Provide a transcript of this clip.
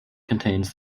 contains